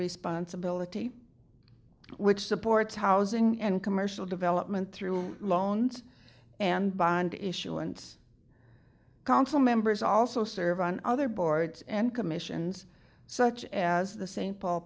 responsibility which supports housing and commercial development through loans and bond issuance council members also serve on other boards and commissions such as the st paul